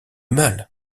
mal